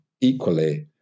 equally